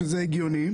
שזה הגיוני,